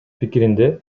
пикиринде